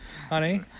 Honey